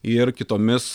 ir kitomis